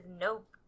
nope